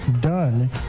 done